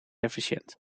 efficiënt